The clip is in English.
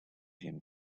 him